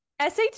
SAT